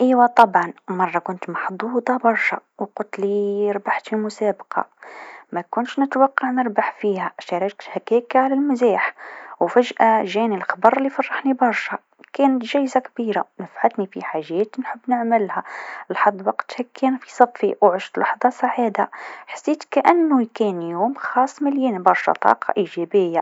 إيوا طبعا، مرة كنت محظوظه برشا وقت لي ربحت في مسابقه مكنتش متوقع نربح فيها، شاركت هاكيك للمزاح و فجأ جاني الخبر لفرحني برشا كان جائزة كبيره نفعتني في حاجات نحب نعملها، الحظ وقتها كان في صفي و عشت لحظة سعاده، حسيت كأنو يوم خاص مليان برشا طاقه إيجابيه.